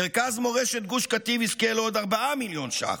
מרכז מורשת גוש קטיף יזכה לעוד 4 מיליון ש"ח.